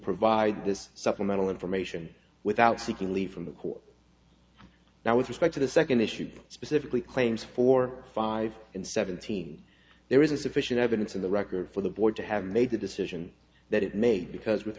provide this supplemental information without seeking relief from the court now with respect to the second issue specifically claims for five and seventeen there is a sufficient evidence in the record for the board to have made the decision that it made because with